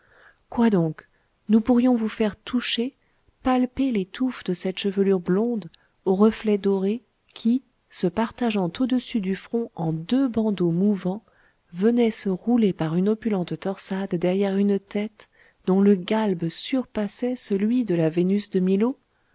quoi donc nous pourrions vous faire toucher palper les touffes de cette chevelure blonde aux reflets dorés qui se partageant au-dessus du front en deux bandeaux mouvants venaient se rouler par une opulente torsade derrière une tête dont le galbe surpassait celui de la vénus de milo